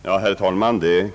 Herr talman!